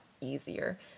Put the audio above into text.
easier